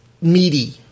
meaty